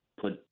put